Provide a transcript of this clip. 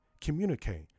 Communicate